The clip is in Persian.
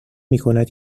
میکند